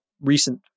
recent